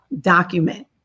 document